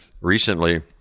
recently